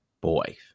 Boy